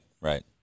Right